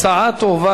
הצעת החוק,